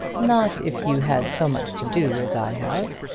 not if you had so much to do as i have.